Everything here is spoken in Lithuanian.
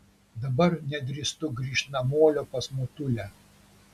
dabar nedrįstu grįžt namolio pas motulę